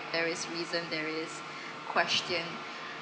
there is reason there is question